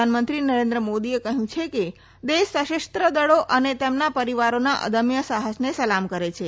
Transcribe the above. પ્રધાનમંત્રી નરેન્દ્ર મોદીએ કહયું કે દેશ સશસ્ત્ર દળી અને તેમના પરીવારીના અદમ્ય સાહસને સલામ કરે છે